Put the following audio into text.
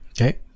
Okay